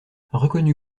reconnue